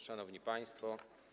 Szanowni Państwo!